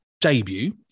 debut